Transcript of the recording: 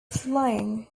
flying